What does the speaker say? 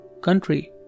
country